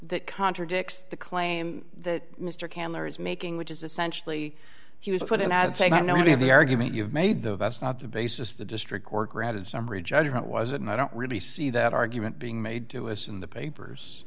that contradicts the claim that mr cameron is making which is essentially he was put in ad saying i don't know any of the argument you've made though that's not the basis of the district court granted summary judgment was it and i don't really see that argument being made to us in the papers